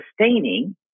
sustaining